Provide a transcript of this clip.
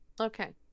Okay